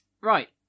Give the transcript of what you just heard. right